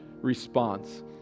response